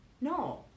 No